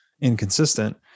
inconsistent